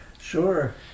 Sure